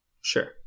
Sure